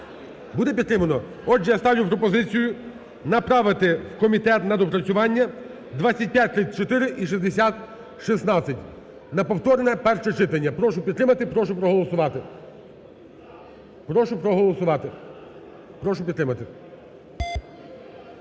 Буде підтримано. Отже, я ставлю пропозицію направити в комітет на доопрацювання 2534 і 6016 на повторне перше читання. Прошу підтримати, прошу проголосувати. Прошу проголосувати, прошу підтримати.